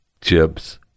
chips